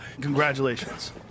Congratulations